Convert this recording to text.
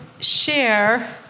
share